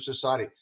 society